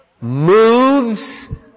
moves